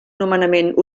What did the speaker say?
nomenament